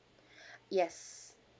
yes